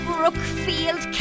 Brookfield